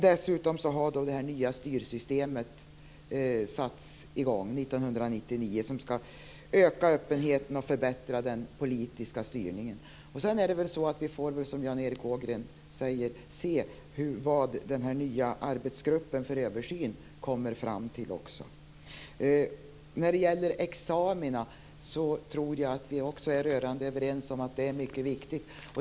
Dessutom har det här nya styrsystemet satts i gång, 1999, som ska öka öppenheten och förbättra den politiska styrningen. Sedan får vi väl, som Jan Erik Ågren säger, också se vad den här nya arbetsgruppen för översyn kommer fram till. När det gäller examina tror jag att vi är rörande överens om att detta är mycket viktigt.